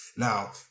Now